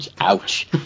Ouch